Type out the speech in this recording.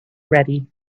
ready